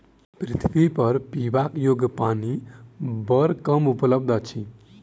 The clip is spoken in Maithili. पृथ्वीपर पीबा योग्य पानि बड़ कम उपलब्ध अछि